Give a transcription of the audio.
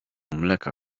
mleka